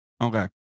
okay